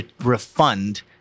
refund